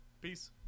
Peace